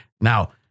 now